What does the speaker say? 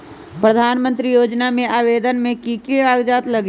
प्रधानमंत्री योजना में आवेदन मे की की कागज़ात लगी?